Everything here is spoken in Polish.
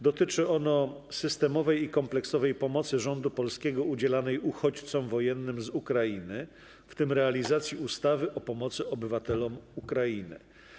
Dotyczy ono systemowej i kompleksowej pomocy rządu polskiego udzielanej uchodźcom wojennym z Ukrainy, w tym realizacji ustawy o pomocy obywatelom Ukrainy.